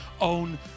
own